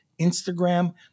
Instagram